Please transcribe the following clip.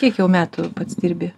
kiek jau metų pats dirbi